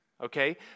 okay